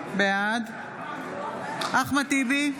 בעד אחמד טיבי,